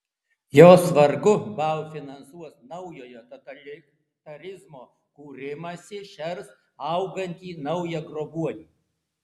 jos vargu bau finansuos naujojo totalitarizmo kūrimąsi šers augantį naują grobuonį